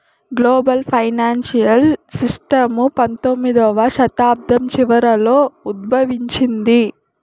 global financial system పంతొమ్మిదవ శతాబ్దం చివరలో ఉద్భవించింది